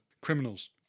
criminals